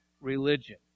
religion